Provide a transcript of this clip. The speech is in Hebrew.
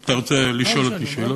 אתה רוצה לשאול אותי שאלות?